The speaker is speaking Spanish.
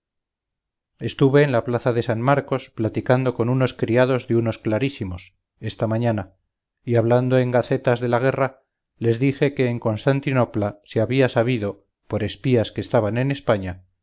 estuve en la plaza de san marcos platicando con unos criados de unos clarísimos esta mañana y hablando en las gacetas de la guerra les dije que en constantinopla se había sabido por espías que estaban en españa